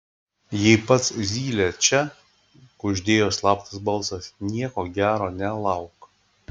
jei pats zylė čia kuždėjo slaptas balsas nieko gero nelauk